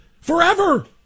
forever